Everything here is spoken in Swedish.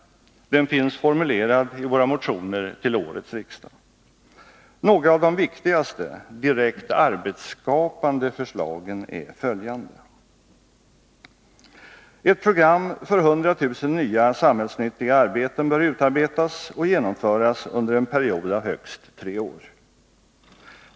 Den finns formulerad i våra motioner till årets riksmöte. Några av de viktigaste, direkt arbetsskapande förslagen är följande: Ett program för 100 000 nya samhällsnyttiga arbeten bör utarbetas och genomföras under en period av högst tre år.